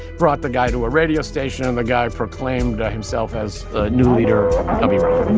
brought the guy to a radio station and the guy proclaimed himself as the new leader of iran